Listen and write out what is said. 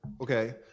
okay